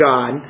God